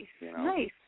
nice